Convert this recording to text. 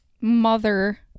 Mother